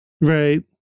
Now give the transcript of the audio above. Right